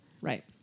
right